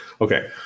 Okay